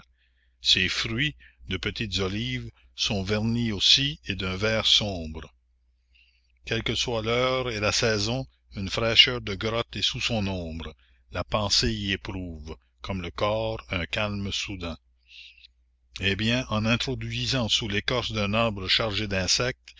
ses fruits de petites olives sont vernies aussi et d'un vert sombre quelle que soit l'heure et la saison une fraîcheur de grotte est sous son ombre la pensée y éprouve comme le corps un calme soudain eh bien en introduisant sous l'écorce d'un arbre chargé d'insectes